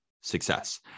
success